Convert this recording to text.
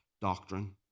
doctrine